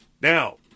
Now